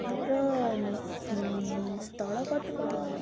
ମୋର ସ୍ଥଳପଦ୍ମ